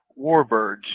warbirds